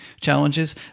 challenges